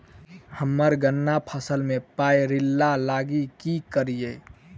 हम्मर गन्ना फसल मे पायरिल्ला लागि की करियै?